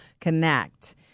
connect